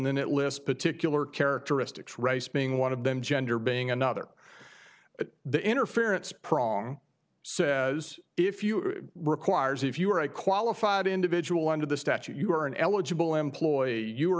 then it lists particular characteristics race being one of them gender being another but the interference prong says if you requires if you are a qualified individual under the statute you are an eligible employee you are